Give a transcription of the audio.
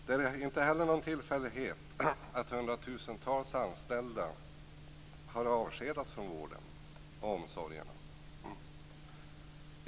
Det är vidare ingen tillfällighet att hundratusentals anställda har avskedats från vården och omsorgen.